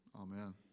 amen